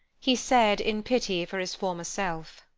he said, in pity for his former self,